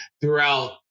throughout